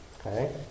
Okay